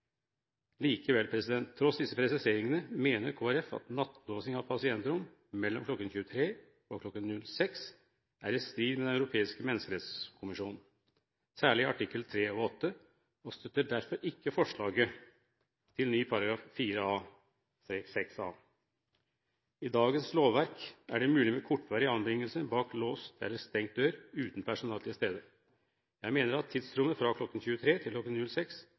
tross disse presiseringene, at nattelåsing av pasientrom mellom kl. 23 og 06 er i strid med Den europeiske menneskerettskonvensjon, særlig artikkel 3 og 8, og støtter derfor ikke forslaget til ny § 4A-6 a. I dagens lovverk er det mulig med kortvarig anbringelse bak låst eller stengt dør uten personale til stede. Jeg mener at tidsrommet fra kl. 23 til